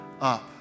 up